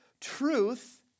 truth